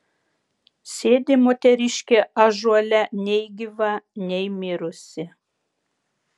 sėdi moteriškė ąžuole nei gyva nei mirusi